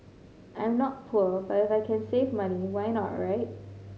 I'm not poor but if can save money why not right